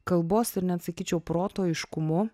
kalbos ir net sakyčiau proto aiškumu